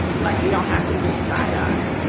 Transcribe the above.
but you don't have to give side. i